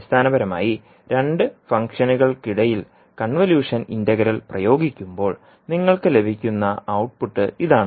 അടിസ്ഥാനപരമായി രണ്ട് ഫംഗ്ഷനുകൾക്കിടയിൽ കൺവല്യൂഷൻ ഇന്റഗ്രൽ പ്രയോഗിക്കുമ്പോൾ നിങ്ങൾക്ക് ലഭിക്കുന്ന ഔട്ട്പുട്ട് ഇതാണ്